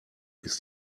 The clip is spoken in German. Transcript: ist